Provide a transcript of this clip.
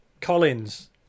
Collins